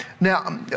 Now